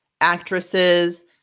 actresses